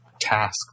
task